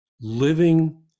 living